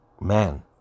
man